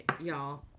y'all